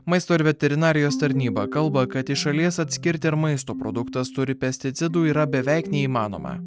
maisto ir veterinarijos tarnyba kalba kad iš šalies atskirti ar maisto produktas turi pesticidų yra beveik neįmanoma